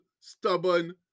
stubborn